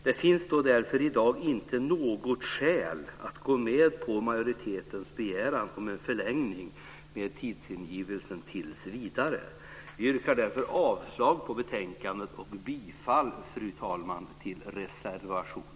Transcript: Det finns därför i dag inte något skäl för att gå med på majoritetens begäran om en förlängning med tidsangivelsen tills vidare. Vi yrkar därför avslag på utskottets förslag i betänkandet och bifall till reservation 3, fru talman.